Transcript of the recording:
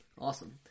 Awesome